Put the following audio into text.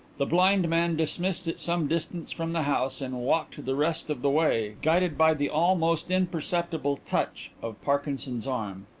the blind man dismissed it some distance from the house, and walked the rest of the way, guided by the almost imperceptible touch of parkinson's arm.